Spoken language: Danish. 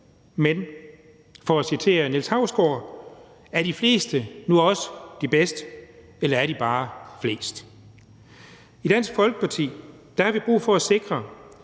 Men for at citere Niels Hausgaard: Er de fleste nu også de bedste, eller er de bare flest? I Dansk Folkeparti har vi brug for at sikre,